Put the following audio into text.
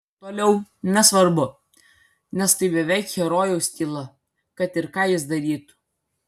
toliau nesvarbu nes tai beveik herojaus tyla kad ir ką jis darytų